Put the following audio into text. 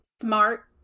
smart